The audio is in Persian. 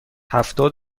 هفتاد